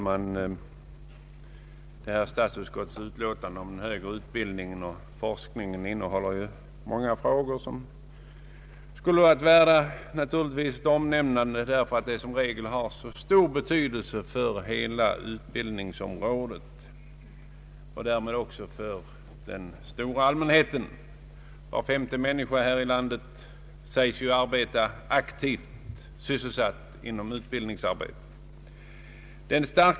Herr talman! Statsutskottets utlåtande om den högre utbildningen och forskningen innehåller många frågor som naturligtvis skulle vara värda ett omnämnande därför att de som regel har mycket stor betydelse för all utbildning och därmed också för den stora allmänheten. Var femte människa här i landet sägs ju vara aktivt sysselsatt med utbildningsarbete.